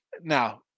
now